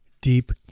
deep